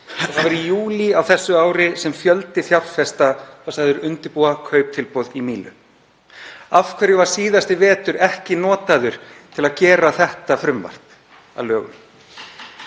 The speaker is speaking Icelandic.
Það var í júlí á þessu ári sem fjöldi fjárfesta var sagður undirbúa kauptilboð í Mílu. Af hverju var síðasti vetur ekki notaður til að gera þetta frumvarp